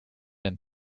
and